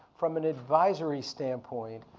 from an advisory standpoint,